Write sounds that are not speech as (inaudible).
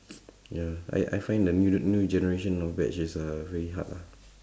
(noise) ya I I find the new new generation of batch is a very hard lah